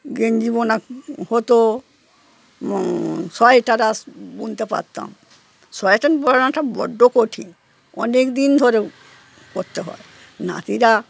গেঞ্জি বোনা হতো কাঁটা বুনতে পারতাম সোয়াটার বোনাটা বড্ড কঠিন অনেকদিন ধরে করতে হয় নাতিরা